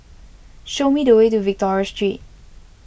show me the way to Victoria Street